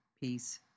Peace